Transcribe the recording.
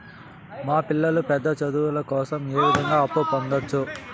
మా పిల్లలు పెద్ద చదువులు కోసం ఏ విధంగా అప్పు పొందొచ్చు?